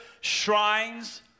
shrines